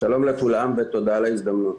לכולם ותודה על ההזדמנות.